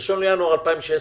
1 בינואר 2016,